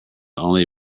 only